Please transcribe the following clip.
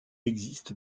existe